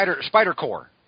Spider-Core